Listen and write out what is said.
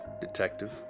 Detective